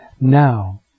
now